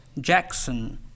Jackson